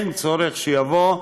אין צורך שיבוא,